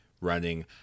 running